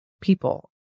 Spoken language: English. people